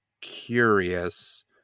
curious